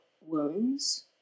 wounds